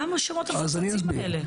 מה השמות המפוצצים האלה?